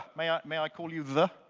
may ah may i call you the?